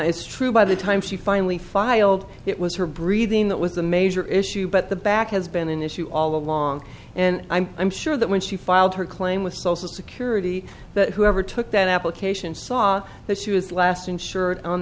is true by the time she finally filed it was her breathing that was a major issue but the back has been an issue all along and i'm sure that when she filed her claim with social security that whoever took that application saw that she was last in